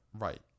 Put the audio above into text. right